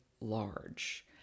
large